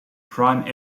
prime